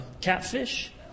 catfish